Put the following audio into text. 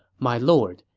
my lord,